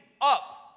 up